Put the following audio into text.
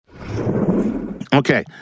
Okay